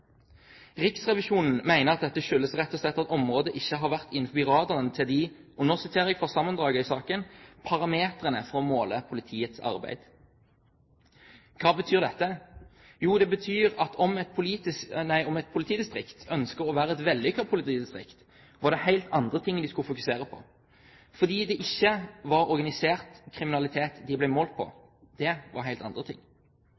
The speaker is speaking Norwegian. Riksrevisjonen mener at dette rett og slett skyldes at området ikke har vært innenfor radaren til – og nå siterer jeg fra sammendraget i saken – «parametrene for å måle politiets arbeid». Hva betyr dette? Jo, det betyr at om et politidistrikt ønsket å være et vellykket politidistrikt, var det helt andre ting de skulle fokusere på, fordi det ikke var organisert kriminalitet de ble målt på – det var helt andre ting.